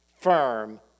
firm